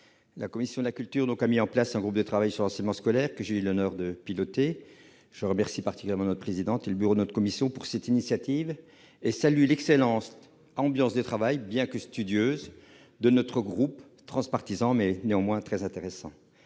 la commission de la culture a mis en place un groupe de travail sur l'enseignement scolaire, que j'ai eu l'honneur de piloter. Je remercie notre présidente et le bureau de notre commission de cette initiative, et je salue l'ambiance de travail, excellente bien que studieuse, de notre groupe transpartisan mais néanmoins intéressant.